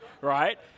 right